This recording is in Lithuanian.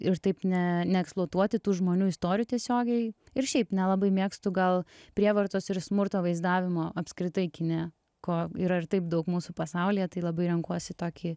ir taip ne neeksploatuoti tų žmonių istorijų tiesiogiai ir šiaip nelabai mėgstu gal prievartos ir smurto vaizdavimo apskritai kine ko ir ar taip daug mūsų pasaulyje tai labai renkuosi tokį